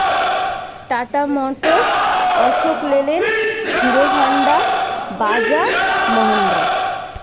tata Motors Ashok Leylands Hero Honda Bajaj Mahindra